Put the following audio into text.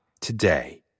today